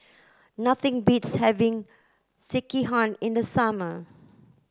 nothing beats having Sekihan in the summer